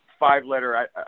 five-letter